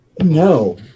No